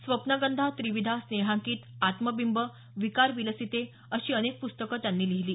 स्वप्नगंधा त्रिविधा स्नेहांकित आत्मबिंब विकारविलसिते अशी अनेक पुस्तकं त्यांनी लिहिली